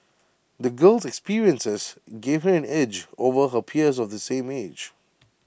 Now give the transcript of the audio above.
the girl's experiences gave her an edge over her peers of the same age